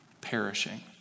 perishing